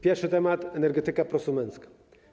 Pierwszy temat: energetyka prosumencka.